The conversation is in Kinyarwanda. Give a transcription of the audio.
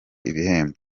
ibihembo